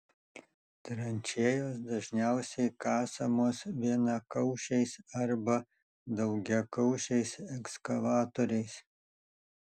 tranšėjos dažniausiai kasamos vienakaušiais arba daugiakaušiais ekskavatoriais